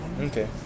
Okay